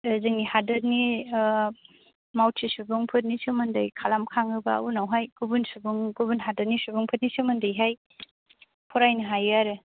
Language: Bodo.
जोंनि हादरनि मावथि सुबुंफोरनि सोमोन्दै खालामखाङोबा उनाव हाय गुबुन सुबुं गुबुन हादरनि सुबुंफोरनि सोमोन्दै हाय फरायनो हायो आरो